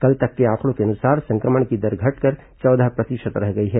कल तक के आंकड़ों के अनुसार संक्रमण की दर घटकर चौदह प्रतिशत रह गई है